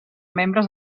membres